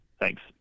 Thanks